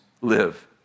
live